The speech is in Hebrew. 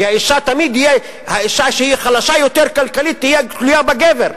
כי אשה שהיא חלשה יותר כלכלית תמיד תהיה תלויה בגבר.